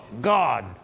God